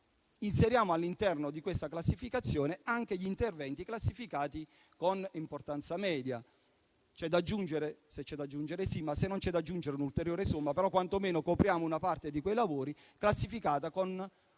inseriamo all'interno di questa classificazione anche gli interventi classificati con importanza media; che ci sia o meno da aggiungere un'ulteriore somma, quantomeno copriamo una parte di quei lavori classificata all'interno di